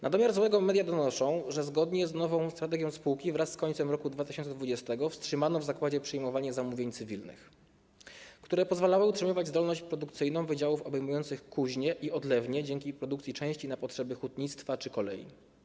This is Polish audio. Na domiar złego media donoszą, że zgodnie z nową strategią spółki wraz z końcem roku 2020 wstrzymano w zakładzie przyjmowanie zamówień cywilnych, które pozwalały utrzymywać zdolność produkcyjną wydziałów obejmujących kuźnię i odlewnię dzięki produkcji części na potrzeby hutnictwa czy kolei.